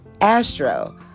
astro